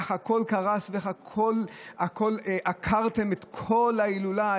איך הכול קרס ואיך עקרתם את כל ההילולה,